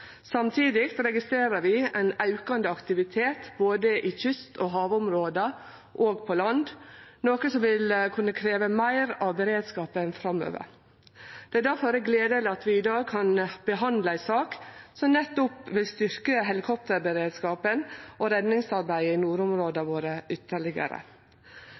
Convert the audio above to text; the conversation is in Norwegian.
Samtidig registrerer vi ein aukande aktivitet både i kyst- og havområda og på land, noko som vil kunne krevje meir av beredskapen framover. Det er difor gledeleg at vi i dag kan behandle ei sak som nettopp vil styrkje helikopterberedskapen og redningsarbeidet i nordområda våre ytterlegare.